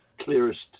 clearest